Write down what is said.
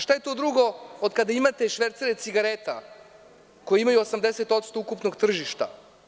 Šta je to drugo od kada imate švercere cigareta koji imaju 80% ukupnog tržišta?